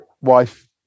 wife